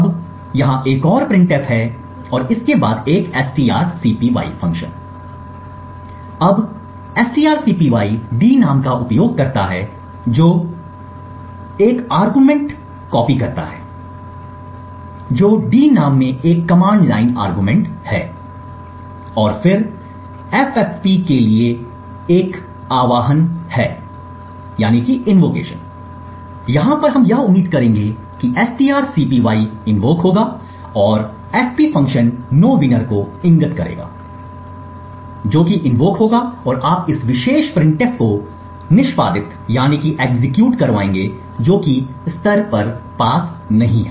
अब यहां एक और prinf है और इसके बाद एक strcpy अब strcpy d नाम का उपयोग करता है जो d नाम है और 1 अरगुमेंट कॉपी करता है जो d नाम में एक कमांड लाइन अरगुमेंट है और फिर ffp के लिए एक आह्वान है यहां पर हम यह उम्मीद करेंगे कि strcpy इन्वोक होगा और fp फंक्शन नो विनर को इंगित करेगा जोकि इन्वोक होगा और आप इस विशेष प्रिंटफ को निष्पादित करवाएंगे जो कि स्तर पर पास नहीं है